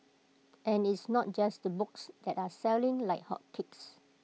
and it's not just the books that are selling like hotcakes